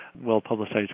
well-publicized